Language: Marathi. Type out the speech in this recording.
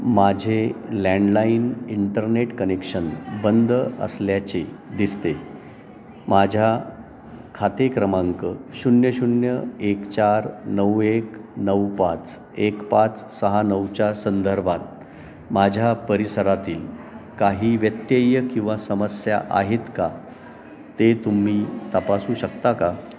माझे लँडलाईन इंटरनेट कनेक्शन बंद असल्याचे दिसते माझ्या खाते क्रमांक शून्य शून्य एक चार नऊ एक नऊ पाच एक पाच सहा नऊच्या संदर्भात माझ्या परिसरातील काही व्यत्यय किंवा समस्या आहेत का ते तुम्ही तपासू शकता का